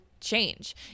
change